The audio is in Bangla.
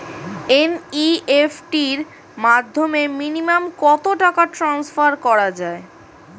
এন.ই.এফ.টি র মাধ্যমে মিনিমাম কত টাকা টান্সফার করা যায়?